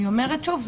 אני אומרת שוב,